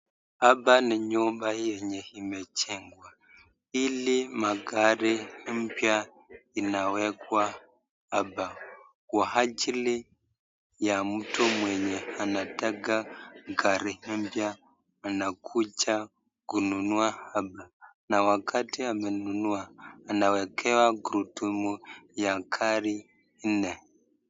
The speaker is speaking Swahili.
Hapa ni nyumba yenye imejengwa ili magari mpya inawekwa hapa kwa ajili ya mtu mwenye anataka gari mpya anakuja kununua hapa na wakati amenunua anawekewa gurudumu ya gari nne.